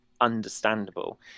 understandable